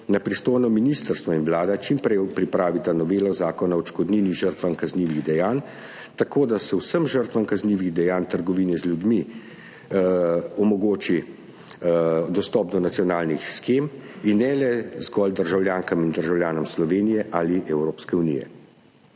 naj pristojno ministrstvo in Vlada čim prej pripravita novelo Zakona o odškodnini žrtvam kaznivih dejanj tako, da se vsem žrtvam kaznivih dejanj trgovine z ljudmi omogoči dostop do nacionalnih shem, in ne zgolj državljankam in državljanom Slovenije ali Evropske unije.